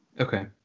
okay